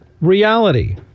Reality